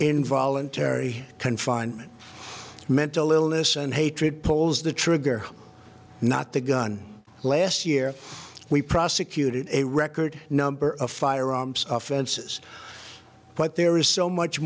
involuntary confinement mental illness and hatred pulls the trigger not the gun last year we prosecuted a record number of firearms offenses but there is so much